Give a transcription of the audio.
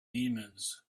demons